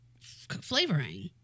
flavoring